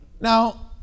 Now